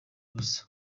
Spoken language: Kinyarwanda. ubusa